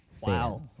Wow